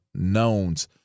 knowns